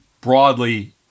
broadly